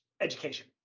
education